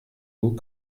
beau